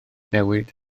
newid